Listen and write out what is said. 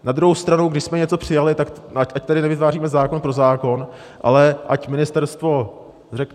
Na druhou stranu, když jsme něco přijali, tak ať tady nevytváříme zákon pro zákon, ale ať ministerstvo řekne.